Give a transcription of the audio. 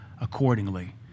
accordingly